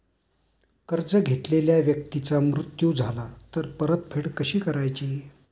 कर्ज घेतलेल्या व्यक्तीचा मृत्यू झाला तर परतफेड कशी करायची?